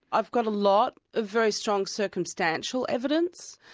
i've got a lot of very strong circumstantial evidence,